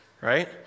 right